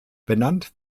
benannt